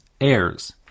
heirs